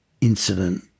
incident